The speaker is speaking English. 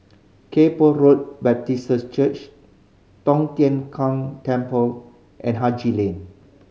Kay Poh Road Baptist Church Tong Tien Kung Temple and Haji Lane